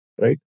right